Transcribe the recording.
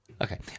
okay